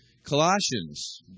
Colossians